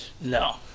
No